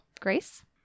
Grace